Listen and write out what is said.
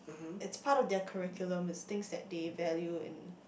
it's part of their curriculum it's things that they value in